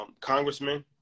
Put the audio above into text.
Congressman